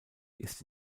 ist